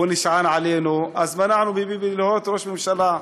והוא נשען עלינו, אז מנענו מביבי להיות ראש ממשלה.